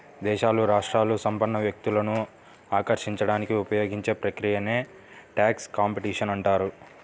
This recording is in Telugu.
దేశాలు, రాష్ట్రాలు సంపన్న వ్యక్తులను ఆకర్షించడానికి ఉపయోగించే ప్రక్రియనే ట్యాక్స్ కాంపిటీషన్ అంటారు